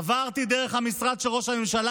עברתי דרך המשרד של ראש הממשלה,